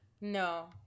no